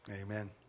amen